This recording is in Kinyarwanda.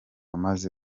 amaze